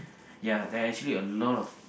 ya there are actually a lot of